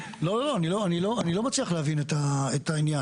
לא, לא, אני לא מצליח להבין את העניין.